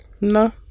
no